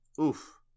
Oof